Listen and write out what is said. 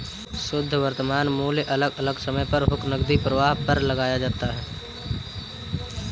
शुध्द वर्तमान मूल्य अलग अलग समय पर हुए नकदी प्रवाह पर लगाया जाता है